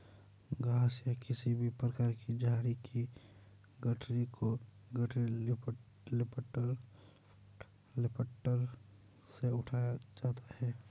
घास या किसी भी प्रकार की झाड़ी की गठरी को गठरी लिफ्टर से उठाया जाता है